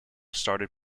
started